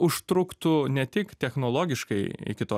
užtruktų ne tik technologiškai iki to